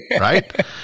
Right